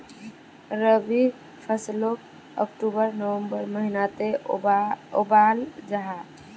रबी फस्लोक अक्टूबर नवम्बर महिनात बोआल जाहा